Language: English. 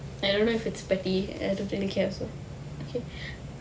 I don't know if it's petty and I don't really care also okay